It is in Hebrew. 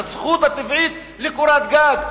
הזכות הטבעית לקורת גג,